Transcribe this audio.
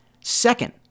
Second